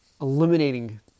Eliminating